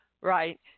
right